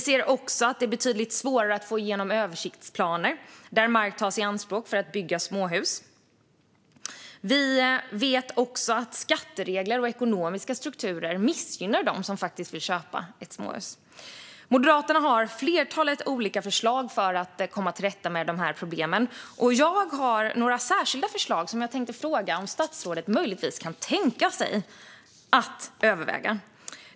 Det är betydligt svårare att få igenom översiktsplaner där mark tas i anspråk för att bygga småhus. Vi vet också att skatteregler och andra ekonomiska strukturer missgynnar dem som vill köpa småhus. Moderaterna har ett flertal olika förslag för att komma till rätta med de här problemen. Jag har några särskilda förslag som jag tänkte fråga om statsrådet möjligtvis kan tänka sig att överväga.